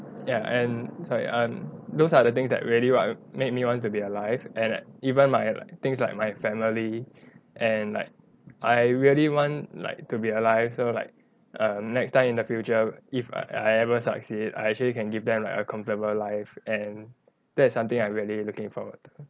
ya and sorry um those are the things that really wa~ make me want to be alive and even at~ my like things like my family and like I really want like to be alive so like um next time in the future if I ever succeed I actually can give them like a comfortable life and that's something I really looking forward to